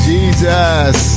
Jesus